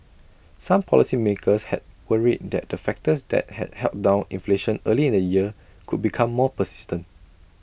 some policymakers had worried that the factors that had held down inflation early in the year could become more persistent